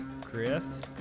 Chris